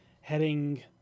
heading